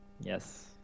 yes